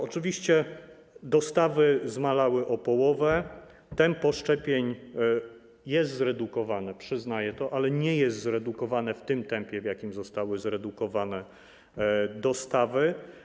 Oczywiście dostawy zmalały o połowę, tempo szczepień jest zredukowane, przyznaję to, ale nie jest zredukowane w tym tempie, w jakim zostały zredukowane dostawy.